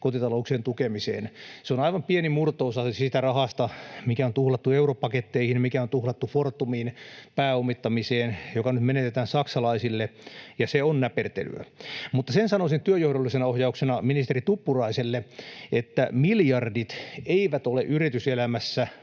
kotitalouksien tukemiseen. Se on aivan pieni murto-osa siitä rahasta, mikä on tuhlattu europaketteihin, mikä on tuhlattu Fortumin pääomittamiseen, joka nyt menetetään saksalaisille, ja se on näpertelyä. Mutta sen sanoisin työnjohdollisena ohjauksena ministeri Tuppuraiselle, että miljardit eivät ole yrityselämässä